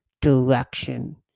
direction